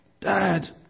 Dad